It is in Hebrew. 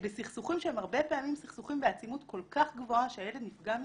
בסכסוכים שהם הרבה פעמים סכסוכים בעצימות כל כך גבוהה שהילד נפגע מזה,